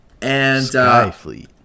Skyfleet